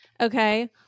Okay